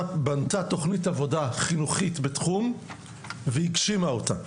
בנתה תכנית עבודה חינוכית בתחום והגשימה אותה.